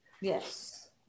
Yes